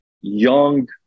young